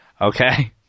Okay